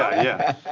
yeah.